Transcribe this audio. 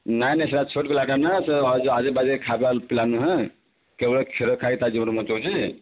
ନାହିଁ ନାହିଁ ସେ ଛୋଟ ପିଲାଟାନା ସେ ଅଜ ଆଯେ ବାଯେ ଖାଇବା ପିଲା ନୁହେଁ କେବଳ କ୍ଷୀର ଖାଇ ତା ଜୀବନ ବଞ୍ଚଉଛି